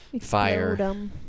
Fire